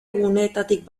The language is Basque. guneetatik